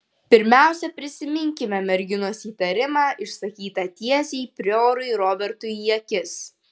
pirmiausia prisiminkime merginos įtarimą išsakytą tiesiai priorui robertui į akis